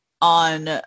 on